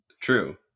True